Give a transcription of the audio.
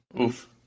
Oof